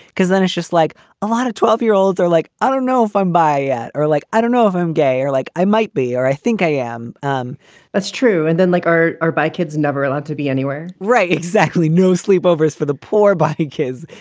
because then it's just like a lot of twelve year olds are like, i don't know if i'm bi at or like i don't know if i'm gay or like i might be or i think i am um that's true. and then like are are by kids never allowed to be anywhere right. exactly. no sleepovers for the poor black kids.